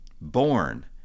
born